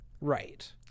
Right